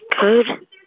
Good